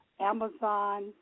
Amazon